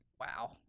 Wow